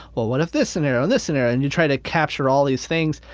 well what if this scenario and this scenario, and you try to capture all these things,